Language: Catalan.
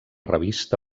revista